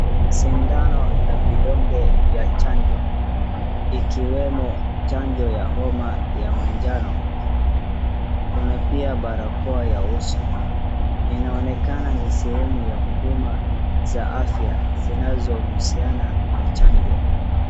Sindano na vidonge vya chanjo ikiwemo chanjo ya homa ya manjano. Kuna pia barakoa ya uso. Inaonekana ni sehemu ya huduma za afya zinazohusiana na chanjo.